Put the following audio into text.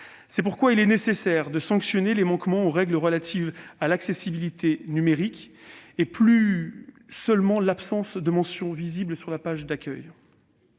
C'est pourquoi il est nécessaire de sanctionner les manquements aux règles relatives à l'accessibilité numérique, et non plus seulement l'absence de mention visible sur la page d'accueil.